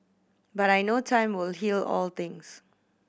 but I know time will heal all things